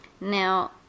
Now